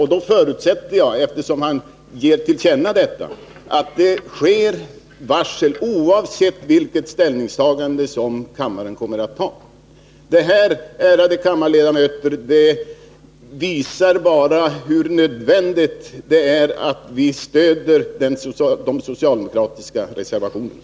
Eftersom styrelseordföranden nu ger detta till känna, förutsätter jag att varsel läggs oavsett vilket ställningstagande som kammaren kommer att ta. Detta, ärade kammarledamöter, visar bara hur nödvändigt det är att vi stöder de socialdemokratiska reservationerna.